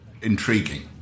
intriguing